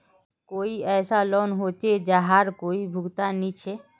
कोई ऐसा लोन होचे जहार कोई भुगतान नी छे?